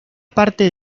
parte